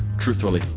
truthfully,